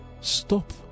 stop